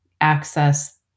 access